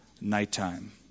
nighttime